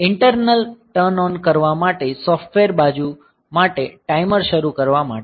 internal turn on કરવા માટે software બાજુ માટે ટાઈમર શરૂ કરવા માટે છે